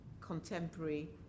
contemporary